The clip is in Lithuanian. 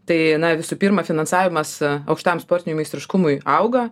tai na visų pirma finansavimas aukštam sportiniui meistriškumui auga